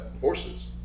horses